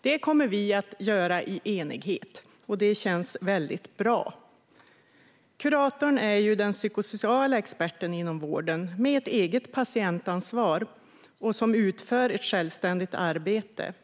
Det kommer vi att göra i enighet, och det känns bra. Kuratorn är den psykosociala experten inom vården och har eget patientansvar och utför ett självständigt arbete.